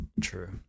True